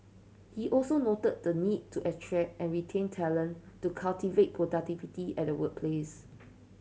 he also noted the need to attract and retain talent to cultivate productivity at the workplace